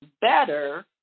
better